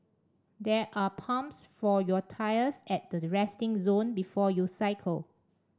there are pumps for your tyres at the resting zone before you cycle